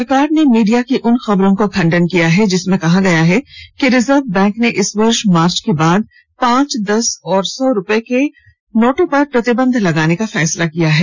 सरकार ने मीडिया की उन खबरों का खंडन किया है जिसमें कहा गया है कि रिजर्व बैंक ने इस वर्ष मार्च के बाद पांच दस और सौ रुपये के नोटों पर प्रतिबंध लगाने का फैसला किया है